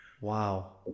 wow